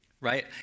right